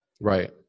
Right